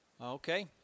Okay